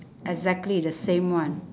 exactly the same one